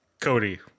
Cody